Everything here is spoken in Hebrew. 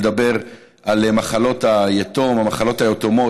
לדבר על המחלות היתומות.